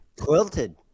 Quilted